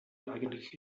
eigentlich